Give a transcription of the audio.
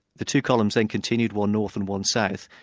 the two columns then continued, one north and one south.